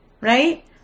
Right